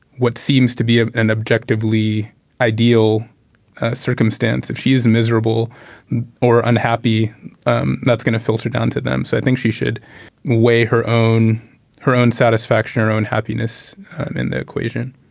what seems to be ah an objectively ideal circumstance. if she's miserable or unhappy um that's going to filter down to them. so i think she should weigh her own her own satisfaction her own happiness in the equation